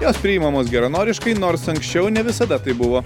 jos priimamos geranoriškai nors anksčiau ne visada taip buvo